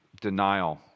Denial